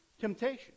temptation